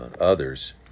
others